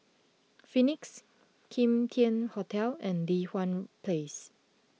Phoenix Kim Tian Hotel and Li Hwan Place